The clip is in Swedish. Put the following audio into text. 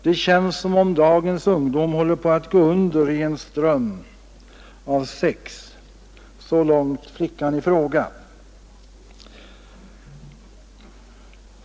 Det känns som om dagens ungdom håller på att gå under i en ström av sex.” Så långt flickan i fråga.